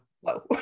whoa